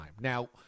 Now